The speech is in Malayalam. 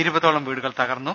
ഇരുപതോളം വീടുകൾ തകർന്നു